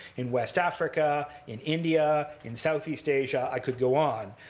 in west africa, in india, in southeast asia i could go on.